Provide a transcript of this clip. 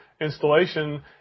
installation